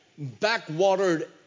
backwatered